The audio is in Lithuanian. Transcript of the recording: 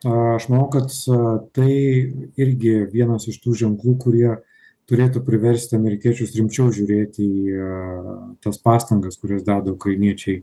aš manau kad tai irgi vienas iš tų ženklų kurie turėtų priversti amerikiečius rimčiau žiūrėti į tas pastangas kurias deda ukrainiečiai